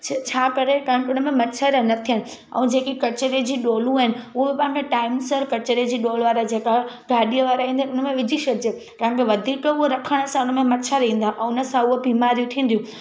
छ छा करे टांकी हुनमें मच्छर न थियनि ऐं जेकी कचरे जी डोलूं आहिनि उहो तव्हांखे टाइम सर कचरे जी डोल वारा जेका गाॾीअ वारा ईंदा आहिनि हुनमें विझी छॾिजे तव्हांखे वधीक हुअ रखण सां हुनमें मच्छर ईंदा ऐं हुनसां उहा बीमारियूं थींदियूं